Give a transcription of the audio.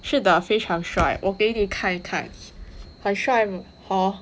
是的非常帅我给你看一看很帅 m~ hor